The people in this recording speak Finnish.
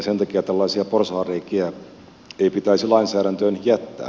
sen takia tällaisia porsaanreikiä ei pitäisi lainsäädäntöön jättää